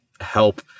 help